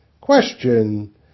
Question